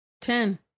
Ten